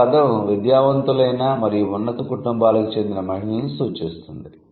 ఈ పదం విద్యావంతులైన మరియు ఉన్నత కుటుంబాలకు చెందిన మహిళలను సూచిస్తుంది